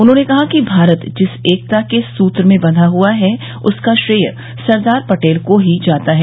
उन्होंने कहा कि भारत जिस एकता के सूत्र में बंधा हुआ है उसका श्रेय सरदार पटेल को ही जाता है